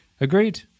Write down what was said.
Agreed